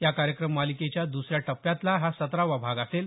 या कार्यक्रम मालिकेच्या दुसऱ्या टप्प्यातला हा सतरावा भाग असेल